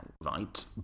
right